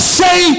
say